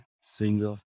single